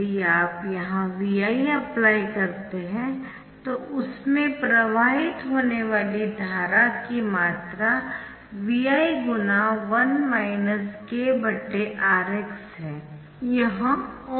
यदि आप यहाँ Vi अप्लाई करते है तो उसमें प्रवाहित होने वाली धारा की मात्रा Vi×1 kRx है यह ओम लॉ से आता है